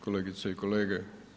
Kolegice i kolege.